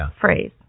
phrase